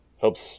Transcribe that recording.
Helps